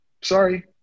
Sorry